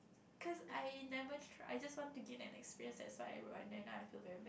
cause I never try I just want to gain an experience that's why then now I feel very bad